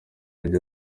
ajya